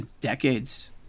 decades